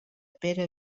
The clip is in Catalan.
pere